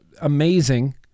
amazing